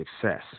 success